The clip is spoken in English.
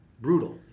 brutal